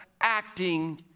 acting